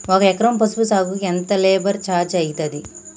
ఒక ఎకరం పసుపు సాగుకు ఎంత లేబర్ ఛార్జ్ అయితది?